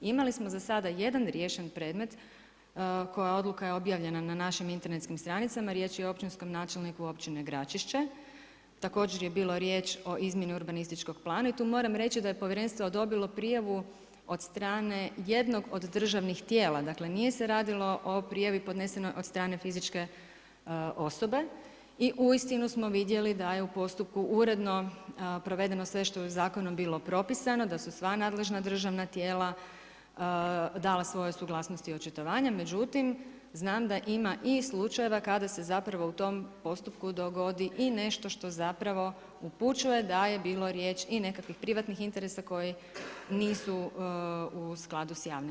Imali smo zasada jedna riješen predmet koja odluka je objavljena na našim internetskim stranicama, riječ je o općinskom načelniku Općine Gračišće, također je bilo riječ o izmjeni urbanističkog plana i tu moram reći da je povjerenstvo odobrilo prijavu od strane jednog od državnih tijela, dakle nije se radilo prijavi podnesenoj od strane fizičke osobe i uistinu smo vidjeli da je u postupku uredno provedeno što je zakonom bilo propisano, da su sva nadležna državna tijela dala svoju suglasnost i očitovanje, međutim znam da ima i slučajeva kada se zapravo u tom postupku dogodi i nešto što zapravo upućuje da je bilo riječi i nekakvih privatnih interesa koji nisu u skladu sa javnim.